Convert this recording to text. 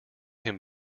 him